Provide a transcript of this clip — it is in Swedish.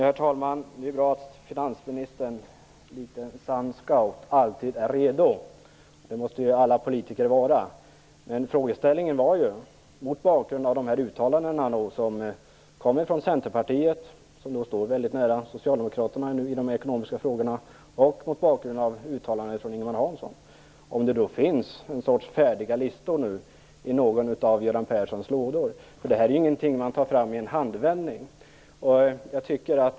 Herr talman! Det är bra att finansministern, likt en sann scout, alltid är redo. Det måste ju alla politiker vara. Men frågeställningen var om det, mot bakgrund av de uttalanden som kommer från Centerpartiet, som står väldigt nära Socialdemokraterna i de ekonomiska frågorna, och från Ingemar Hansson, finns färdiga listor i någon av Göran Perssons lådor. Besparingar är ingenting man tar fram i en handvändning.